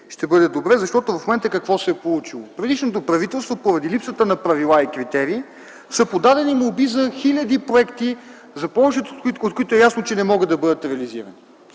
план и критериите. В момента какво се е получило? При предишното правителство поради липсата на правила и критерии са подадени молби за хиляди проекти, за повечето от които е ясно, че не могат да бъдат реализирани.